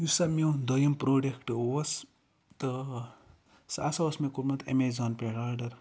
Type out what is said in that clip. یُس سہَ میون دٔیِم پروڈَکٹہٕ اوس تہٕ سُہ ہَسا اوس مےٚ کوٚرمُت اَمیزان پیٹھٕ آرڈَر